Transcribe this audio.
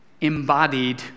embodied